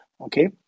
okay